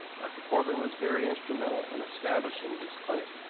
dr. corbin was very instrumental in establishing this clinic.